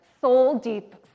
soul-deep